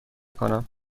کنم